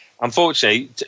unfortunately